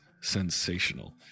sensational